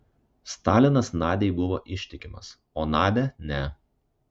stalinas nadiai buvo ištikimas o nadia ne